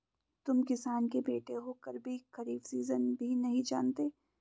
तुम किसान के बेटे होकर भी खरीफ सीजन भी नहीं जानते